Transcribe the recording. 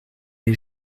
les